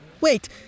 Wait